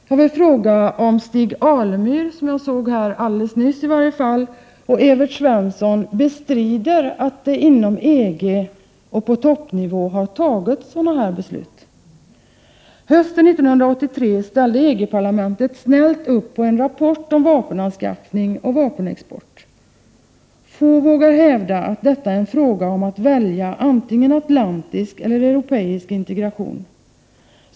Jag vill fråga om Stig Alemyr, som jag såg här alldeles nyss, och Evert Svensson bestrider att det inom EG och på toppnivå har fattats sådana här beslut. Hösten 1983 ställde EG-parlamentet snällt upp på en rapport om vapenanskaffning och vapenexport. Få vågar hävda att detta är en fråga om att välja antingen atlantisk eller europeisk integration.